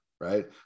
right